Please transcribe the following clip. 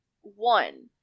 one